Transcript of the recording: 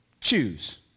choose